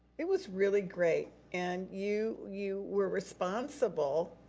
it was really great. and you you were responsible,